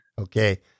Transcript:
Okay